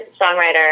songwriter